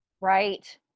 Right